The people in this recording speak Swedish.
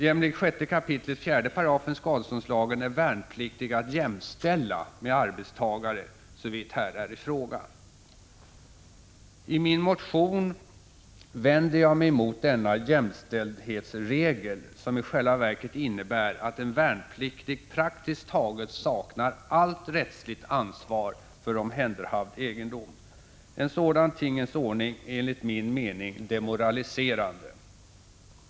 Jämlikt 6 kap. 4 § skadeståndslagen är värnpliktig att jämställa med arbetstagare, såvitt här är i fråga. I min motion vänder jag mig emot denna jämställdhetsregel, som i själva verket innebär att en värnpliktig praktiskt taget saknar allt rättsligt ansvar för omhänderhavd egendom. En sådan tingens ordning är enligt min mening Prot. 1985/86:134 demoraliserande.